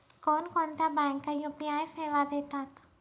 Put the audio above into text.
कोणकोणत्या बँका यू.पी.आय सेवा देतात?